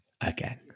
again